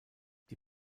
die